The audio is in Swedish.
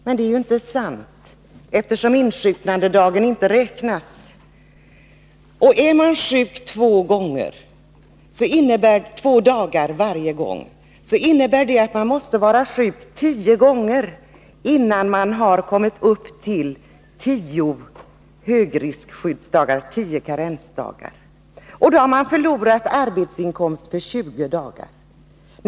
Men det är inte sant, eftersom insjuknandedagen inte räknas. Är man sjuk två dagar varje gång, innebär det att man måste vara sjuk tio gånger innan man kommit upp till tio högriskskyddsdagar, tio karensdagar. Då har man förlorat arbetsinkomst för 20 dagar.